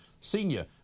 Senior